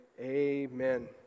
Amen